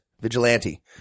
vigilante